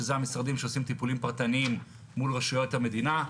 שזה המשרדים שעושים טיפולים פרטניים מול רשויות המדינה,